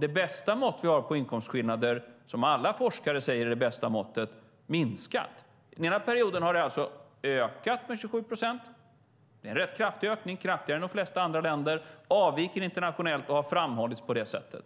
Det bästa mått vi har på inkomstskillnader - som alla forskare säger är det bästa måttet - har alltså minskat. Ena perioden har den ökat med 27 procent. Det är en rätt kraftig ökning, kraftigare än de flesta andra länder. Den avviker internationellt och har framhållits på det sättet.